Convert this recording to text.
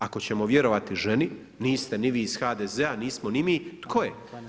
Ako ćemo vjerovati ženi, niste ni vi iz HDZ-a, nismo ni mi, tko je?